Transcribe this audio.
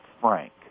frank